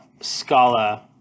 Scala